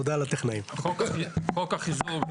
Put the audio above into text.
חוק החיזוק,